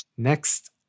Next